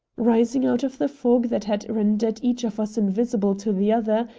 rising out of the fog that had rendered each of us invisible to the other,